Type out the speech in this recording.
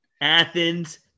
Athens